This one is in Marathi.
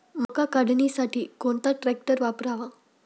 मका काढणीसाठी कोणता ट्रॅक्टर वापरावा?